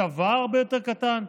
צבא הרבה יותר קטן,